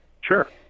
Sure